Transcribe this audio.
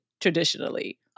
traditionally